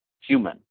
human